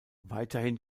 weiterhin